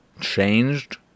changed